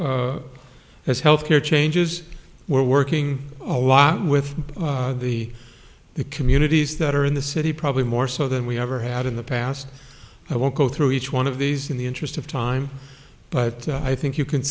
as health care changes we're working a lot with the communities that are in the city probably more so than we ever had in the past i won't go through each one of these in the interest of time but i think you can